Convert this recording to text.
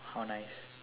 how nice